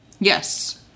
Yes